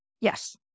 Yes